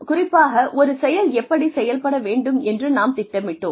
குறிப்பாக ஒரு செயல் எப்படி செயல்பட வேண்டும் என்று நாம் திட்டமிட்டோம்